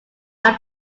are